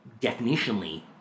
definitionally